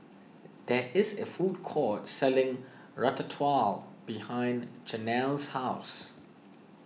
there is a food court selling Ratatouille behind Jenelle's house